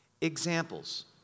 Examples